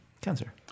cancer